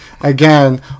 again